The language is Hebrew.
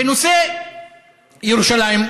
בנושא ירושלים,